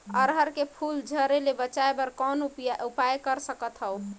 अरहर के फूल झरे ले बचाय बर कौन उपाय कर सकथव?